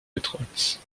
étroites